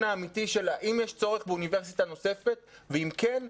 האמיתי של צורך באוניברסיטה נוספת ואם כן,